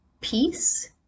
peace